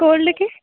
కోల్డ్కి